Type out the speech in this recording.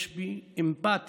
יש בי אמפתיה